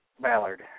Ballard